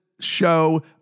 show